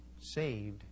saved